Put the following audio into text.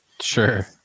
Sure